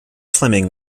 fleming